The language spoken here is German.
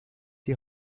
die